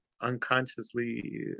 unconsciously